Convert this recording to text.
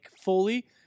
fully